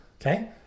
Okay